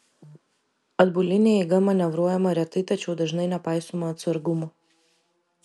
atbuline eiga manevruojama retai tačiau dažnai nepaisoma atsargumo